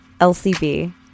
LCB